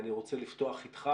אני רוצה לפתוח איתך